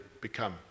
become